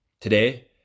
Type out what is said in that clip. Today